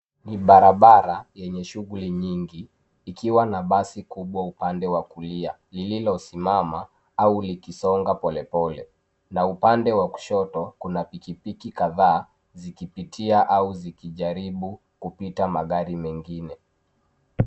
Ni barabara yenye shughuli nyingi, ikiwa na basi kubwa upande wa kulia, lililosimama au likisonga polepole, na upande wa kushoto kuna piki piki kadhaa, zikipitia au zikijaribu kupita magari mengine.